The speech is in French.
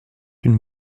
une